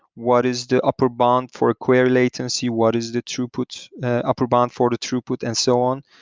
what is the upper bond for query latency, what is the throughput upper bond for the throughput and so on.